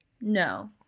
no